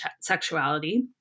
sexuality